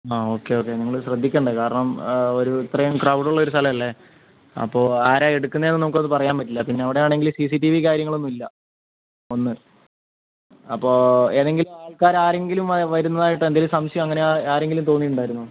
ആ okay okay നിങ്ങൾ ശ്രദ്ധിക്കണ്ടേ കാരണം ഒരു ഇത്രേം ക്രൗഡ് ഉള്ളൊരു സ്ഥലമല്ലേ അപ്പോൾ ആരാ എടുക്കുന്നതെന്ന് എന്നൊന്നും പറയാൻ പറ്റില്ല പിന്നെ ഇവിടെ ആണെങ്കിൽ സീ സി ടീ വി കാര്യങ്ങളൊന്നുമില്ല ഒന്ന് അപ്പോൾ ഏതെങ്കിലും ആൾകാരാരെങ്കിലും വരുന്നതായിട്ട് എന്തെങ്കിലും സംശയം അങ്ങനെ ആരെങ്കിലും തോന്നിയിട്ടുണ്ടായിരുന്നോ